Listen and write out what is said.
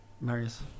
Marius